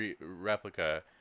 replica